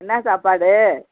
என்ன சாப்பாடு